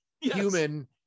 human